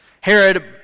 Herod